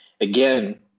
Again